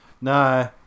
No